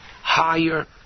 higher